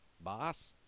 boss